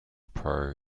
pro